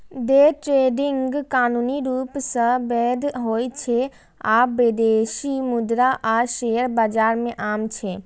day trading कानूनी रूप सं वैध होइ छै आ विदेशी मुद्रा आ शेयर बाजार मे आम छै